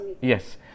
Yes